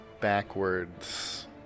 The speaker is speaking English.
backwards